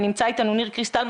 ונמצא איתנו ניר קריסטל,